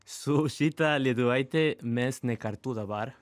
su šita lietuvaitė mes ne kartu dabar